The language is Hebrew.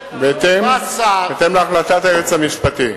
בהתאם להחלטת היועץ המשפטי.